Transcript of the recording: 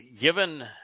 given